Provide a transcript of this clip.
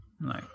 no